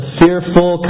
fearful